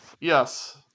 Yes